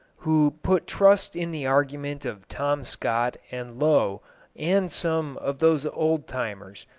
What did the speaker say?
who put trust in the argument of tom scott and low and some of those old-timers,